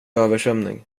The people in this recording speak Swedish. översvämning